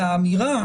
האמירה